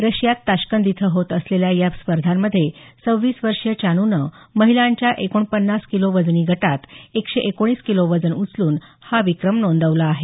रशियात ताश्कंद इथं होत असलेल्या या स्पर्धांमध्ये सव्वीस वर्षीय चानूनं महिलांच्या एकोणपन्नास किलो वजनी गटात एकशे एकोणीस किलो वजन उचलून हा विक्रम नोदवला आहे